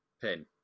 Pin